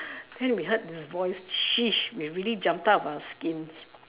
then we heard this voice sheesh we really jumped out of our skins